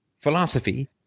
philosophy